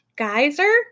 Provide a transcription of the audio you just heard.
Geyser